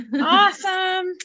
Awesome